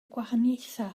gwahaniaethau